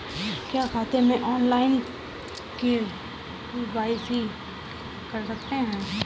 क्या खाते में ऑनलाइन के.वाई.सी कर सकते हैं?